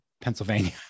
Pennsylvania